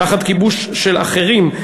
תחת כיבוש של אחרים,